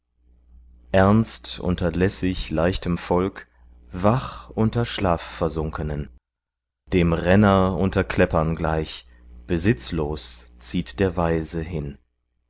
ernst unter lässig leichtem volk wach unter schlafversunkenen dem renner unter kleppern gleich besitzlos zieht der weise hin